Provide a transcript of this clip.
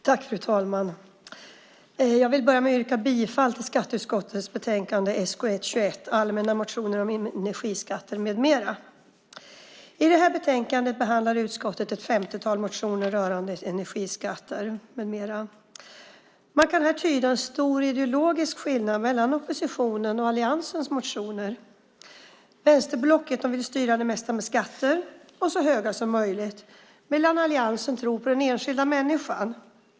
Fru talman! Jag börjar med att yrka bifall till förslaget i skatteutskottets betänkande SkU21 Allmänna motioner om energiskatter m.m. I detta betänkande behandlar utskottet ett femtiotal motioner rörande energiskatter med mera. Man kan här se en stor ideologisk skillnad mellan oppositionens och alliansens motioner. Vänsterblocket vill styra det mesta med skatter som är så höga som möjligt, medan alliansen tror på den enskilda människan.